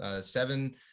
seven